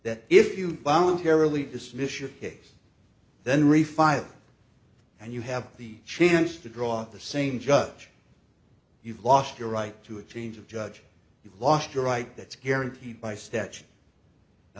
that if you voluntarily dismiss your case then refile and you have the chance to draw the same judge you've lost your right to a change of judge you've lost your right that's guaranteed by